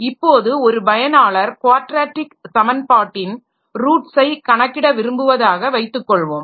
இப்போது ஒரு பயனாளர் க்வாட்ரேட்டிக் சமன்பாட்டின் ரூட்ஸை கணக்கிட விரும்புவதாக வைத்துக்கொள்வோம்